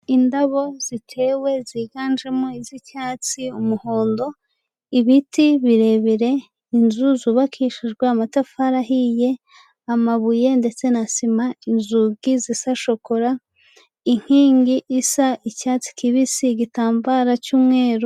Indabo zitewe ziganjemo iz'icyatsi, umuhondo, ibiti birebire, inzu zubakishijwe amatafari ahiye, amabuye ndetse na sima, inzugi zisa shokora, inkingi isa icyatsi kibisi igitambara cy'umweru.